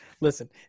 Listen